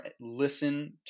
listen